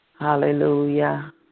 Hallelujah